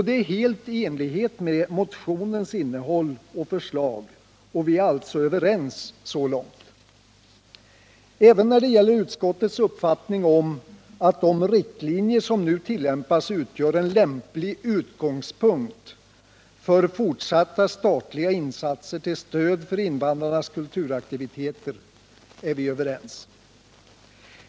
Det är helt i enlighet med motionens innehåll och förslag, och vi är alltså överens så långt. Även när det gäller utskottets uppfattning om att de riktlinjer som nu tillämpas utgör en lämplig utgångspunkt för fortsatta sakliga insatser till stöd för invandrarnas kulturaktiviteter är vi överens.